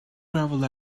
gravel